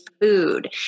food